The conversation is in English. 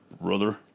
brother